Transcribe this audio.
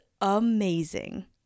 amazing